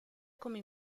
come